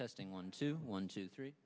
testing one two one two three